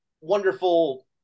wonderful